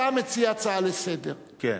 אתה מציע הצעה לסדר-היום.